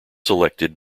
selected